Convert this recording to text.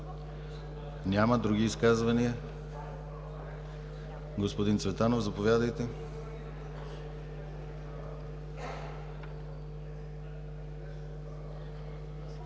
Няма. Други изказвания? Господин Цветанов, заповядайте.